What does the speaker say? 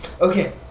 Okay